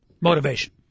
motivation